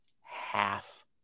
half